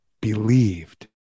believed